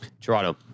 Toronto